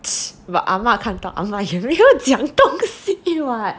but ahma 看到 ahma 也没有讲到什么东西 [what]